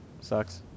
sucks